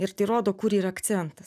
ir tai rodo kur yra akcentas